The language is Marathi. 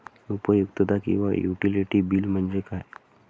उपयुक्तता किंवा युटिलिटी बिल म्हणजे काय?